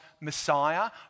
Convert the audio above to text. Messiah